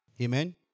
Amen